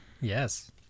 Yes